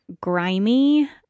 grimy